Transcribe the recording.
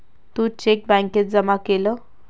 तू cheque बॅन्केत जमा केलं?